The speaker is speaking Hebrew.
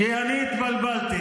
כי אני התבלבלתי,